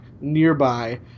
nearby